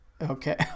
Okay